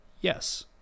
yes